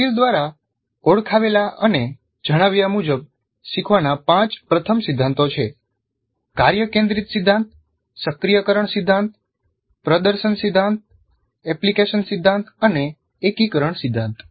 Merrill દ્વારા ઓળખાવેલા અને જણાવ્યા મુજબ શીખવાના પાંચ પ્રથમ સિદ્ધાંતો છે કાર્ય કેન્દ્રિત સિદ્ધાંત સક્રિયકરણ સિદ્ધાંત પ્રદર્શન સિદ્ધાંત એપ્લિકેશન સિદ્ધાંત અને એકીકરણ સિદ્ધાંત